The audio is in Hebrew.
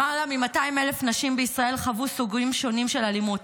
למעלה מ-200,000 נשים בישראל חוו סוגים שונים של אלימות.